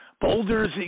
Boulder's